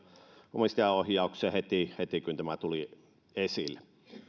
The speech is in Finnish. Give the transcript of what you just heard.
omistajaohjaukseen heti heti kun tämä tuli esille